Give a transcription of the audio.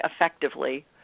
effectively